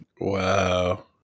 wow